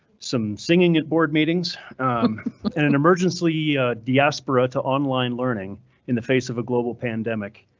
some singing at board meetings and and emergency yeah diaspora to online learning in the face of a global pandemic,